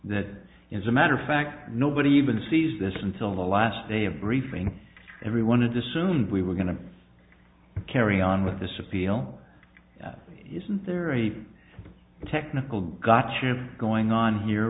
that is a matter of fact nobody even sees this until the last day of briefing every one of the soon we were going to carrying on with this appeal isn't there any technical got to going on here